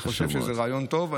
חשוב מאוד.